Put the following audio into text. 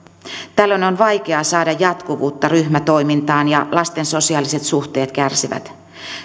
tällöin on vaikea saada jatkuvuutta ryhmätoimintaan ja lasten sosiaaliset suhteet kärsivät